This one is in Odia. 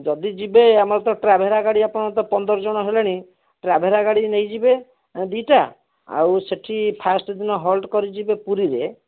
ଯଦି ଯିବେ ଆମର ତ ଟ୍ରାଭେରା ଗାଡ଼ି ଆପଣତ ପନ୍ଦର ଜଣ ହେଲେଣି ଟ୍ରାଭେରା ଗାଡ଼ି ନେଇଯିବେ ଏଁ ଦୁଇ'ଟା ଆଉ ସେଠି ଫାର୍ଷ୍ଟ୍ ଦିନ ହଲ୍ଟ୍ କରିଯିବେ ପୁରୀରେ